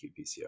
qPCR